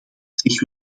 zich